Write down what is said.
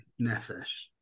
Nefesh